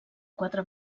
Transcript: quatre